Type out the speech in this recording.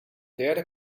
derde